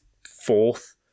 fourth